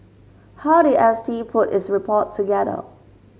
how did S T put its report together